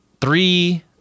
three